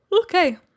Okay